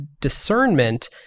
discernment